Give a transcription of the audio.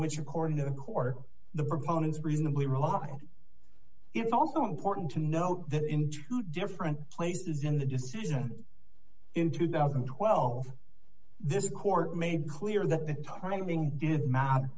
which according to the court the proponents reasonably rely it's also important to note that in two different places in the decision in two thousand and twelve this court made clear that the timing did m